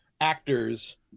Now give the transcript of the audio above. actors